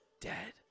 dead